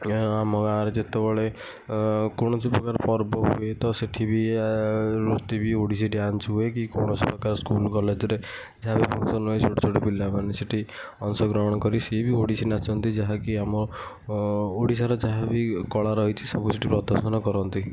ଆମ ଗାଁରେ ଯେତେବେଳେ କୌଣସି ପ୍ରକାର ପର୍ବ ହୁଏ ତ ସେଠି ବି ନୃତ୍ୟ ବି ଓଡ଼ିଶୀ ଡ୍ୟାନ୍ସ ହୁଏ କି କୌଣସି ପ୍ରକାର ସ୍କୁଲ କଲେଜରେ ଯାହା ବି ଫଙ୍କସନ୍ ହୁଏ ଛୋଟ ଛୋଟ ପିଲାମାନେ ସେଠି ଅଂଶ ଗ୍ରହଣ କରି ସେ ବି ଓଡ଼ିଶୀ ନାଚନ୍ତି ଯାହାକି ଆମ ଓଡ଼ିଶାର ଯାହା ବି କଳା ରହିଛି ସବୁ ସେଠି ପ୍ରଦର୍ଶନ କରନ୍ତି